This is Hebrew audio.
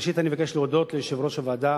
ראשית אני מבקש להודות ליושב-ראש הוועדה,